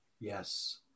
Yes